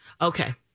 Okay